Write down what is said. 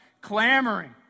clamoring